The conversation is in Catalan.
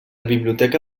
biblioteca